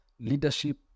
leadership